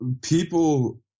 People